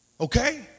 Okay